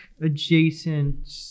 adjacent